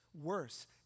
worse